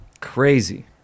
Crazy